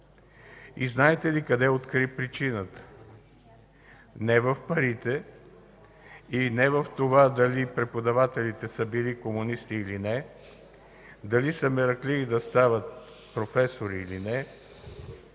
И знаете ли къде откри причината? Не в парите или не в това дали преподавателите са били комунисти или не, дали са мераклии да стават професори или не,